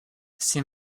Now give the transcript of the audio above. ses